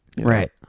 Right